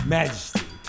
majesty